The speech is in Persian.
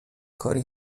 کاری